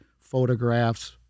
photographs